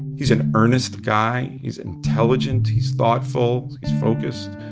he's an earnest guy. he's intelligent. he's thoughtful. he's focused.